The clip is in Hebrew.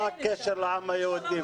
מה הקשר לעם היהודי?